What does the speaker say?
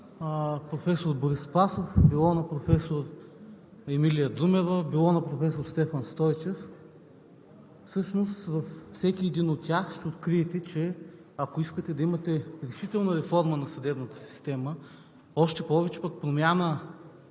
професор Борис Спасов, било на професор Емилия Друмева, било на професор Стефан Стойчев, всъщност във всеки един от тях ще откриете, че ако искате да имате решителна реформа на съдебната система, още повече пък промяна